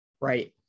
right